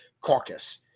caucus